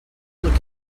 look